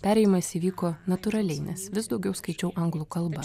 perėjimas įvyko natūraliai nes vis daugiau skaičiau anglų kalba